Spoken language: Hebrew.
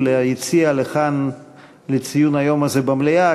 לכאן ליציע לציון היום הזה במליאה,